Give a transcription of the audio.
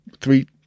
Three